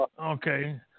Okay